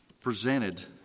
presented